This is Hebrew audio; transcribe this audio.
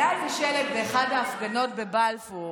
אתם יודעים, היה איזה שלט באחת ההפגנות בבלפור